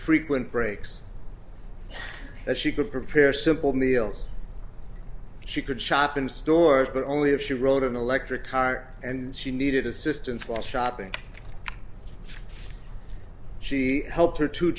frequent breaks that she could prepare simple meals she could shop in stores but only if she wrote an electric car and she needed assistance while shopping she helped her two